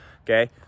okay